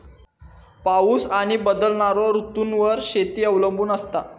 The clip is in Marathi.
पाऊस आणि बदलणारो ऋतूंवर शेती अवलंबून असता